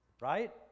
right